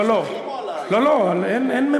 לא, לא, על השטחים או על, לא לא, אין ממשלה,